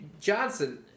Johnson